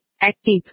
active